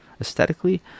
aesthetically